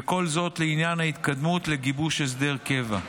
וכל זאת לעניין ההתקדמות לגיבוש הסדר קבוע.